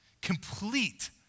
complete